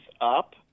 up